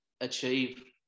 achieve